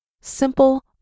simple